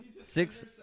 Six